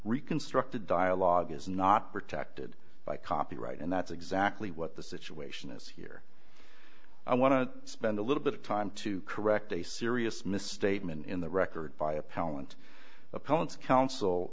reconstructed dialogue is not protected by copyright and that's exactly what the situation is here i want to spend a little bit of time to correct a serious misstatement in the record by appellant appellants counsel